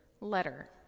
letter